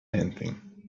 anything